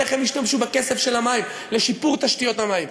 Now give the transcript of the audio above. איך הן ישתמשו בכסף של המים לשיפור תשתיות המים,